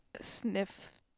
Sniff